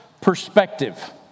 perspective